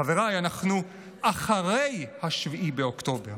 חבריי, אנחנו אחרי 7 באוקטובר